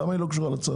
למה היא לא קשורה לצו?